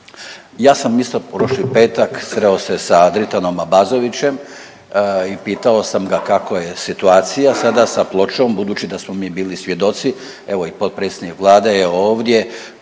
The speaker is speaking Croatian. Ja sam isto prošli petak sreo se sa Dritanom Abazovićem i pitao sam ga kako je situacija sada sa pločom budući da smo mi bili svjedoci evo i potpredsjednik Vlade je ovdje